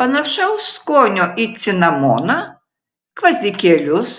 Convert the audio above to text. panašaus skonio į cinamoną gvazdikėlius